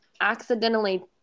accidentally